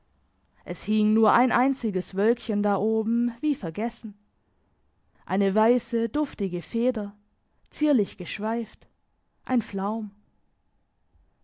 es hing nur ein einziges wölkchen da oben wie vergessen eine weisse duftige feder zierlich geschweift ein flaum